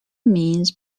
means